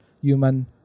human